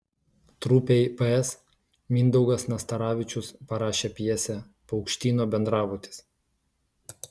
trupei ps mindaugas nastaravičius parašė pjesę paukštyno bendrabutis